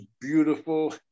beautiful